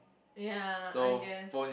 ya I guess